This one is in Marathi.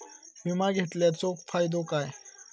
विमा घेतल्याचो फाईदो काय?